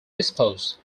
dispose